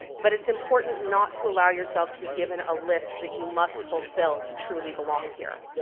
but it's important not to allow yourself to be given a list that you must fulfil to truly belong here.